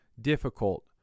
difficult